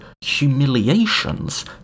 humiliations